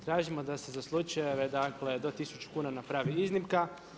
Tražimo da se za slučajeve dakle do 1000 kuna napravi iznimka.